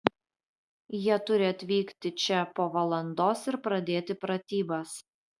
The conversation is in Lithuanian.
jie turi atvykti čia po valandos ir pradėti pratybas